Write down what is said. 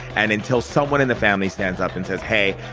and until someone in the family stands up and says, hey,